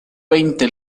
veinte